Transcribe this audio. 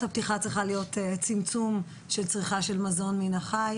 הפתיחה צריכה להיות צמצום של צריכה של מזון מן החי,